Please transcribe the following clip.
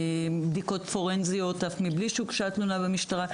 בדיקות פורנזיות גם מבלי שהוגשה תלונה במשטרה,